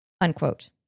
Unquote